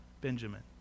Benjamin